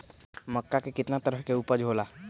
मक्का के कितना तरह के उपज हो ला?